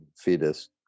fetus